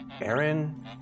Aaron